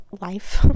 life